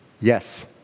yes